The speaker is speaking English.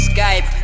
Skype